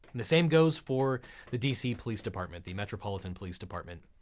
the same goes for the dc police department, the metropolitan police department.